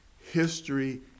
History